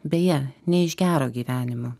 beje ne iš gero gyvenimo